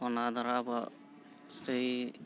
ᱚᱱᱟ ᱫᱚᱣᱟᱨᱟ ᱟᱵᱚᱣᱟᱜ ᱥᱟᱹᱦᱤ